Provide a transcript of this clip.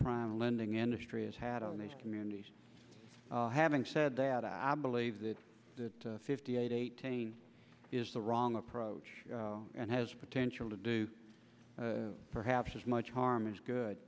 prime lending industry has had on these communities having said that i believe that the fifty eight eighteen is the wrong approach and has potential to do perhaps as much harm as good